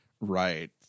Right